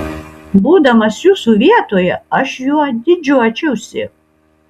būdamas jūsų vietoje aš juo didžiuočiausi